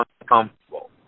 uncomfortable